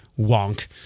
wonk